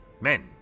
Men